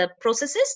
processes